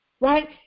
right